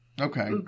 okay